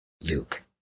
Luke